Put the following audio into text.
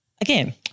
Again